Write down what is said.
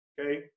okay